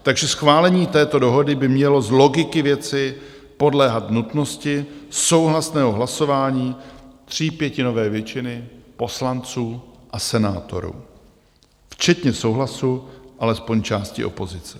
Takže schválení této dohody by mělo z logiky věci podléhat nutnosti souhlasného hlasování třípětinové většiny poslanců a senátorů, včetně souhlasu alespoň části opozice.